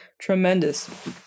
tremendous